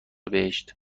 بهشت